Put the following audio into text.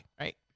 right